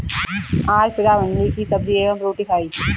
आज पुजा भिंडी की सब्जी एवं रोटी खाई